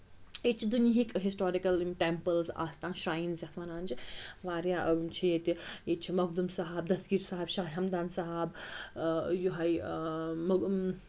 ییٚتہِ چھِ دُنہٕکۍ ہِسٹورِکَل یِم ٹیمپٕلز آسان شراینٕز یَتھ وَنان چھِ واریاہ یِم چھِ ییٚتہِ ییٚتہِ چھِ مۄغدُم صاحب دسکیٖر صاحب شاہ ہَم دان صحب یہے مۄغ